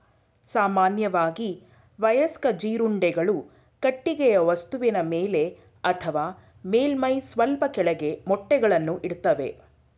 ಸಾಮಾನ್ಯವಾಗಿ ವಯಸ್ಕ ಜೀರುಂಡೆಗಳು ಕಟ್ಟಿಗೆಯ ವಸ್ತುವಿನ ಮೇಲೆ ಅಥವಾ ಮೇಲ್ಮೈಯ ಸ್ವಲ್ಪ ಕೆಳಗೆ ಮೊಟ್ಟೆಗಳನ್ನು ಇಡ್ತವೆ